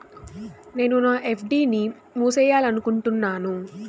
నేను నా ఎఫ్.డి ని మూసేయాలనుకుంటున్నాను